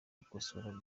gukosora